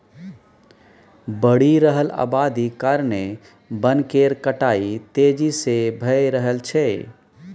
बढ़ि रहल अबादी कारणेँ बन केर कटाई तेजी से भए रहल छै